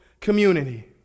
community